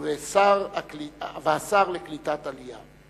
וסגן השר לקליטת העלייה.